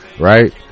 Right